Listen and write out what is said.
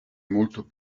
molto